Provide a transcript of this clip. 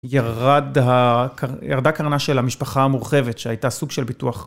ירד ה.. ירדה קרנה של המשפחה המורחבת שהייתה סוג של ביטוח.